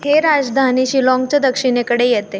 हे राजधानी शिलाँगच्या दक्षिणेकडे येते